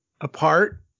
apart